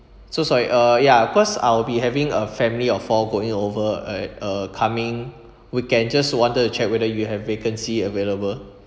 so sorry uh ya cause I will be having a family of four going over a uh coming weekend just wanted to check whether you have vacancy available